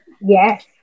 Yes